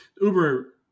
Uber